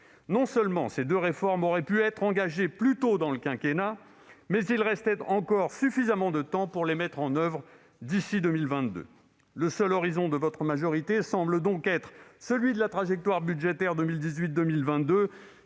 Non seulement ces deux réformes auraient pu être engagées plus tôt dans le quinquennat, mais il restait encore suffisamment de temps pour les mettre en oeuvre d'ici à 2022. Le seul horizon de votre majorité semble donc être celui de la trajectoire budgétaire 2018-2022,